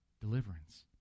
deliverance